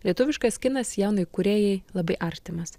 lietuviškas kinas jaunai kūrėjai labai artimas